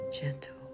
Gentle